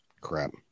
Crap